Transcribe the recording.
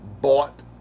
bought